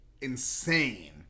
insane